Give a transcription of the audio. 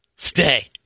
Stay